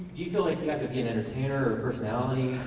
you feel like you have to be an entertainer or personality?